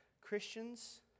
Christians